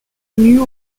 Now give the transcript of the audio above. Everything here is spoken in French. nue